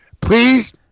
Please